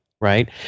right